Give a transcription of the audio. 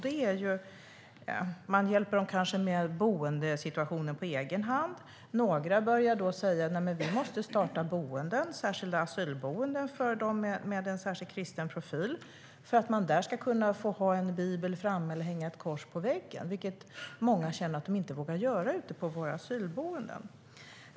De hjälper dem kanske med boendesituation på egen hand. Några börjar säga: Vi måste starta särskilda asylboenden med kristen profil för att man där ska kunna ha en bibel framme eller hänga ett kors på väggen, vilket många känner att de inte vågar göra på våra asylboenden.